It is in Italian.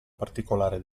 particolare